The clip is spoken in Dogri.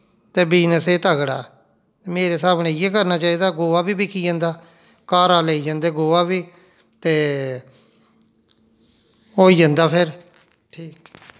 ते बिजनस एह् तगड़ा ऐ मेरे स्हाब कन्नै इ'यै करना चाहिदा गोहा बी बिकी जंदा घरा लेई जंदे गोहा बी ते होई जंदा फिर